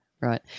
right